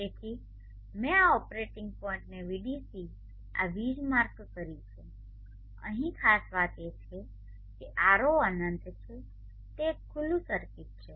તેથી મેં આ ઓપરેટીંગ પોઇન્ટને Vdc આ વીજ માર્ક કરી છે અહીં ખાસ વાત એ છે કે R0 અનંત છે તે એક ખુલ્લું સર્કિટ છે